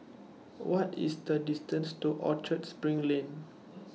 What IS The distance to Orchard SPRING Lane